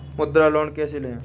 मुद्रा लोन कैसे ले?